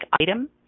item